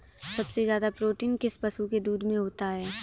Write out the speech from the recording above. सबसे ज्यादा प्रोटीन किस पशु के दूध में होता है?